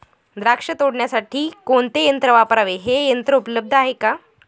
द्राक्ष तोडण्यासाठी कोणते यंत्र वापरावे? हे यंत्र उपलब्ध आहे का?